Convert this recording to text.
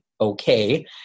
okay